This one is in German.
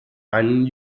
einen